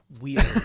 Weird